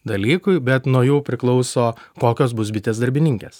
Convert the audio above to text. dalykui bet nuo jų priklauso kokios bus bitės darbininkės